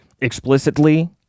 explicitly